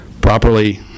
properly